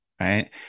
Right